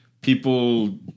people